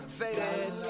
faded